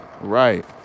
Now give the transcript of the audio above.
Right